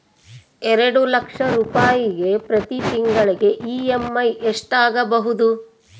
ಎರಡು ಲಕ್ಷ ರೂಪಾಯಿಗೆ ಪ್ರತಿ ತಿಂಗಳಿಗೆ ಇ.ಎಮ್.ಐ ಎಷ್ಟಾಗಬಹುದು?